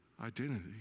identity